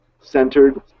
centered